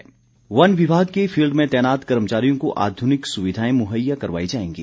गोविंद ठाकुर वन विभाग के फील्ड में तैनात कर्मचारियों को आधुनिक सुविधाएं मुहैया करवाई जाएंगी